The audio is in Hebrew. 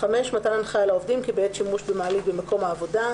(5)מתן הנחיה לעובדים כי בעת שימוש במעלית במקום העבודה,